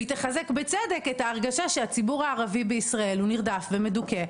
והיא תחזק בצדק את ההרגשה שהציבור הערבי בישראל הוא נרדף ומדוכא,